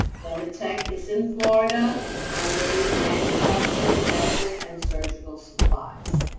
dematec is in florida and they manufacture medical and surgical supplies.